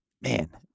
man